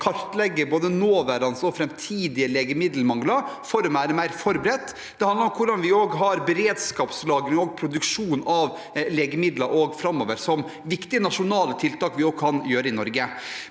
kartlegger både nåværende og framtidig legemiddelmangel for å være mer forberedt, og det handler om å ha beredskapslagring og produksjon av legemidler framover som viktige nasjonale tiltak vi også kan gjøre i Norge.